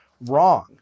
wrong